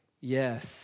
Yes